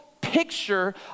picture